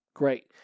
Great